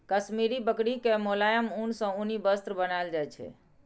काश्मीरी बकरी के मोलायम ऊन सं उनी वस्त्र बनाएल जाइ छै